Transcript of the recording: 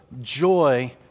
joy